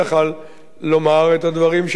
לומר את הדברים שאני מאמין בהם